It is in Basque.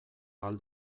ahal